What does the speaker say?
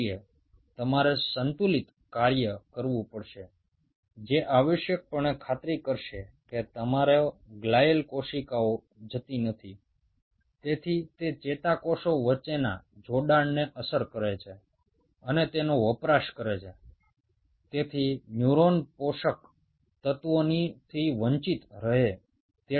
এই মিডিয়ামকে এমনভাবে তৈরি করতে হবে যাতে তোমরা নিশ্চিত হতে পারো যে তোমাদের গ্লিয়াল কোষগুলোর সংখ্যা অতটাও বেশি নয় যা নিউরনগুলোর সংযোগকে প্রভাবিত করে এবং সেই সাথে তোমাদের নিশ্চিত করতে হবে এই কোষগুলো প্রচুর পরিমাণে নিউট্রিয়েন্টকে ব্যবহার করে ফেলে নিউরনকে পর্যাপ্ত পরিমাণ নিউট্রিয়েন্ট থেকে বঞ্চিত করছে না